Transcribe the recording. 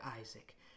Isaac